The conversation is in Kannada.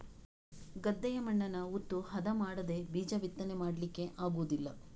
ಗದ್ದೆಯ ಮಣ್ಣನ್ನ ಉತ್ತು ಹದ ಮಾಡದೇ ಬೀಜ ಬಿತ್ತನೆ ಮಾಡ್ಲಿಕ್ಕೆ ಆಗುದಿಲ್ಲ